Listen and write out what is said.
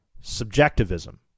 subjectivism